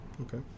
Okay